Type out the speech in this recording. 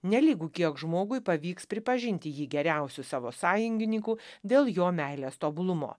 nelygu kiek žmogui pavyks pripažinti jį geriausiu savo sąjungininku dėl jo meilės tobulumo